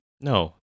No